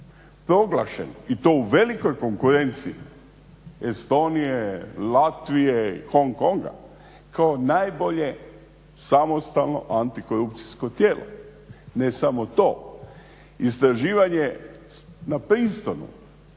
proglašen i to u velikoj konkurenciji Estonije, Latvije, Hong Konga, kao najbolje samostalno antikorupcijsko tijelo. Ne samo to, istraživanje na …